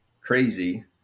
crazy